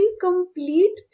complete